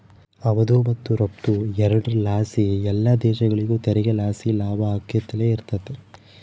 ಆಮದು ಮತ್ತು ರಫ್ತು ಎರಡುರ್ ಲಾಸಿ ಎಲ್ಲ ದೇಶಗುಳಿಗೂ ತೆರಿಗೆ ಲಾಸಿ ಲಾಭ ಆಕ್ಯಂತಲೆ ಇರ್ತತೆ